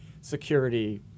security